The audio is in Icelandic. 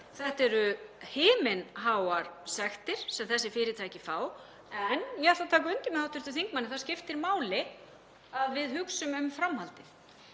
Þetta eru himinháar sektir sem þessi fyrirtæki fá. En ég ætla að taka undir með hv. þingmanni að það skiptir máli að við hugsum um framhaldið